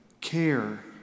care